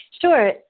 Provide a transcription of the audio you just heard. Sure